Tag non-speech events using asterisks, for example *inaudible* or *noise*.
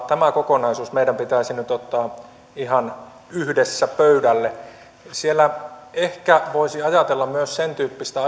*unintelligible* tämä kokonaisuus meidän pitäisi nyt ottaa ihan yhdessä pöydälle siellä ehkä voisi ajatella myös jotakin sentyyppistä *unintelligible*